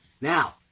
Now